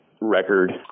record